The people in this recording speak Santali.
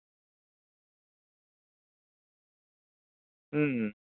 ᱦᱩᱸ